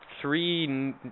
three